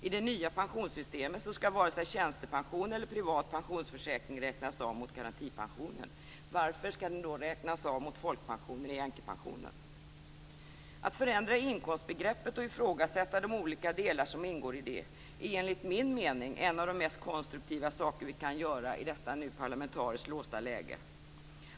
I det nya pensionssystemet skall vare sig tjänstepension eller privat pensionsförsäkring räknas av mot garantipensionen. Varför skall då den då räknas av mot folkpensionen i änkepensionen? Att förändra inkomstbegreppet och ifrågasätta de olika delar som ingår i det, är enligt min mening en av de mest konstruktiva saker som vi kan göra nu i detta parlamentariskt låsta läge.